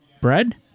bread